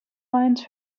lines